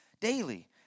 daily